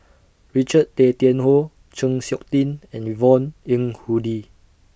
Richard Tay Tian Hoe Chng Seok Tin and Yvonne Ng Uhde